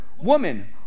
Woman